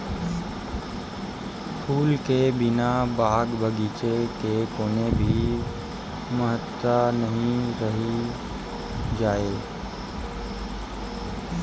फूल के बिना बाग बगीचा के कोनो भी महत्ता नइ रहि जाए